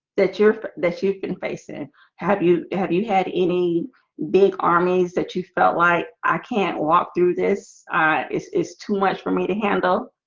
that you're that you've been facing have you have you had any big armies that you felt like i can't walk through this it's too much for me to handle